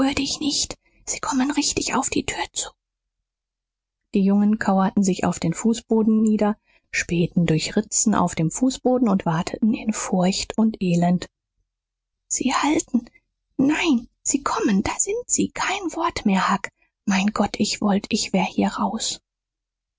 dich nicht sie kommen richtig auf die tür zu die jungen kauerten sich auf den fußboden nieder spähten durch ritzen auf dem fußboden und warteten in furcht und elend sie halten nein sie kommen da sind sie kein wort mehr huck mein gott ich wollt ich wär hier raus